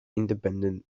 independent